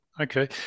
Okay